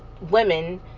women